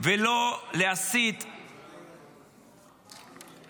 ולא להסית נגד